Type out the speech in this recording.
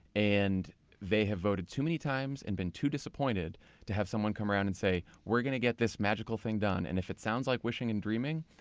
and they have voted too many times and been too disappointed to have someone come around and say we're going to get this magical thing done. and if it sounds like wishing and dreaming,